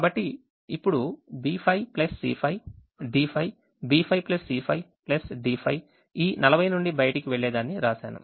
కాబట్టి ఇప్పుడు B5 C5 D5 B5 C5 D5 ఈ 40 నుండి బయటకు వెళ్ళేదాన్ని వ్రాశాను